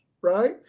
right